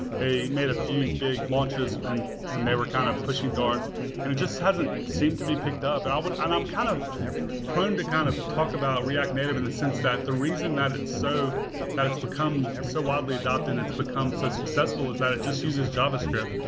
they made a few big launches and and they were kind of pushing dart and it just hasn't seem to be picked up. and but and i'm kind of prone to kind of talk about react native in the sense that the reason that it's so that it's become so widely adopted it's become so successful is that it just uses javascript.